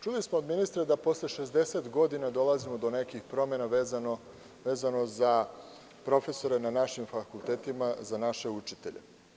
Čuli smo od ministra od posle 60 godina dolazimo do nekih promena vezano za profesore na našim fakultetima, za naše učitelje.